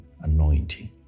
anointing